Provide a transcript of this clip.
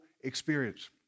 experience